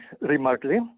remotely